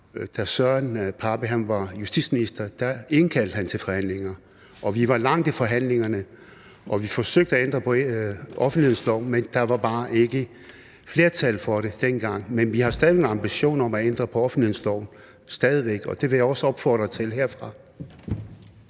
Da Søren Pape Poulsen var justitsminister, indkaldte han til forhandlinger, og vi var langt i forhandlingerne, og vi forsøgte at ændre på offentlighedsloven, men der var bare ikke flertal for det dengang, men vi har stadig væk en ambition om at ændre på offentlighedsloven, og det vil jeg også opfordre til herfra.